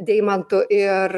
deimantu ir